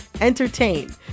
entertain